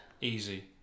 Easy